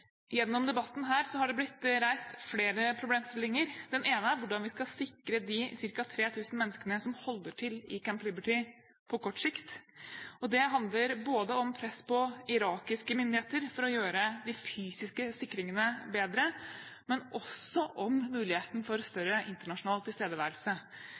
Gjennom debatten har det blitt reist flere problemstillinger. En av dem er hvordan vi på kort sikt skal sikre de ca. 3 000 menneskene som holder til i Camp Liberty. Det handler både om press på irakiske myndigheter for å gjøre de fysiske sikringene bedre, og også om muligheten for større internasjonal tilstedeværelse.